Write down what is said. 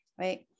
right